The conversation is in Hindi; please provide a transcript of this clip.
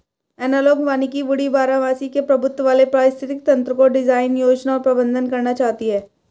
एनालॉग वानिकी वुडी बारहमासी के प्रभुत्व वाले पारिस्थितिक तंत्रको डिजाइन, योजना और प्रबंधन करना चाहती है